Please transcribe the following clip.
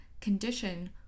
condition